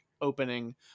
opening